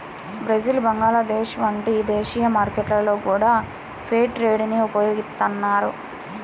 Brazil Bangladesh వంటి దేశీయ మార్కెట్లలో గూడా ఫెయిర్ ట్రేడ్ ని ఉపయోగిత్తన్నారు